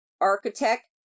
architect